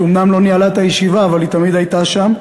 שאומנם לא ניהלה את הישיבה אבל היא תמיד הייתה שם.